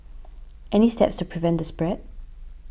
any steps to prevent the spread